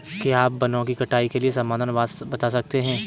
क्या आप वनों की कटाई के समाधान बता सकते हैं?